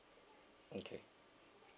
okay